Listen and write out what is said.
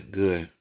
good